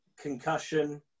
concussion